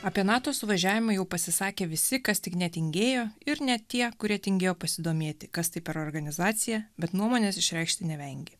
apie nato suvažiavimą jau pasisakė visi kas tik netingėjo ir ne tie kurie tingėjo pasidomėti kas tai per organizacija bet nuomonės išreikšti nevengė